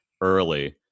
early